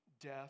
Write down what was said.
death